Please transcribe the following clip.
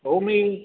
हो मी